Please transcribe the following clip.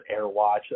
AirWatch